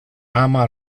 ama